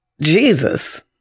Jesus